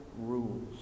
rules